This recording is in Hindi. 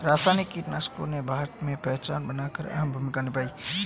रासायनिक कीटनाशकों ने भारत में पहचान बनाकर अहम भूमिका निभाई है